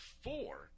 four